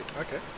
okay